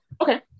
Okay